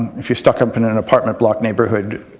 um if you're stuck up in an and apartment block neighbourhood,